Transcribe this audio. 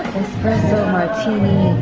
espresso martini!